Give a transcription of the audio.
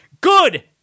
good